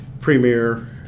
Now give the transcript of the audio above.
premier